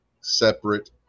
separate